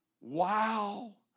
wow